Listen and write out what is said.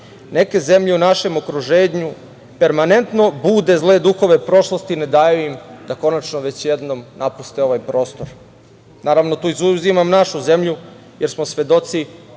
neke zemlje u našem okruženju permanentno bude zle duhove prošlosti ne daju im da konačno već jednom napuste ovaj prostor. Naravno tu izuzimam našu zemlju, jer smo svedoci